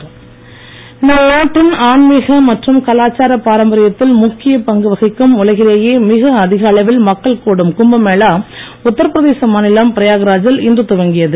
கும்பமேளா நம் நாட்டின் ஆன்மிக மற்றும் கலாச்சாரா பாரம்பரியத்தில் முக்கிய பங்கு வகிக்கும் உலகிலேயே மிக அதிக அளவில் மக்கள் கூடும் கும்பமேளா உத்தரபிரதேச மாநிலம் பிரயாக்ராஜில் இன்று துவங்கியது